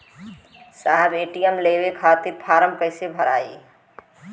साहब ए.टी.एम लेवे खतीं फॉर्म कइसे भराई?